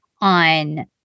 on